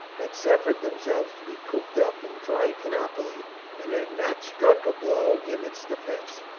had suffered themselves to be cooped up in trichinopoli, and had not struck a blow in its defence.